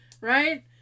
Right